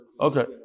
Okay